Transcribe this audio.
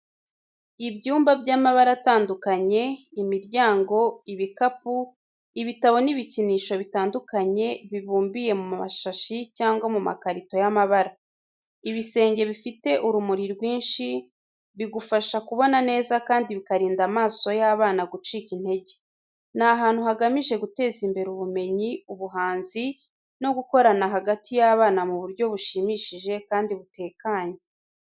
Ibyumba by’amabara atandukanye, imiryango, ibikapu, ibitabo n’ibikinisho bitandukanye bibumbiye mu mashashi cyangwa mu makarito y’amabara. Ibisenge bifite urumuri rwinshi, bigufasha kubona neza kandi bikarinda amaso y’abana gucika intege. Ni ahantu hagamije guteza imbere ubumenyi, ubuhanzi, no gukorana hagati y’abana mu buryo bushimishije kandi butekanye.